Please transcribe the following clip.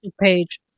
page